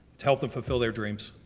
to help them fulfill their dreams.